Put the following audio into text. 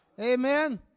Amen